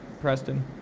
Preston